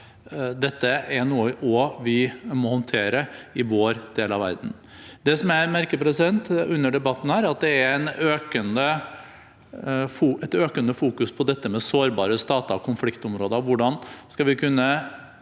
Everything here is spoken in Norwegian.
Dette er noe vi også må håndtere i vår del av verden. Det som jeg merker under debatten her, er at det er et økende fokus på dette med sårbare stater og konfliktområder og hvordan vi på